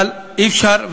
אבל אי-אפשר,